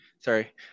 Sorry